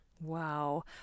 Wow